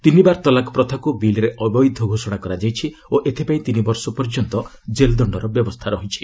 ତିନିବାର ତଲାକ୍ ପ୍ରଥାକ୍ ବିଲ୍ରେ ଅବୈଧ ଘୋଷଣା କରାଯାଇଛି ଓ ଏଥିପାଇଁ ତିନିବର୍ଷ ପର୍ଯ୍ୟନ୍ତ ଜେଲ୍ ଦଣ୍ଡର ବ୍ୟବସ୍ଥା ରହିଛି